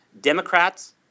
Democrats